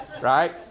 Right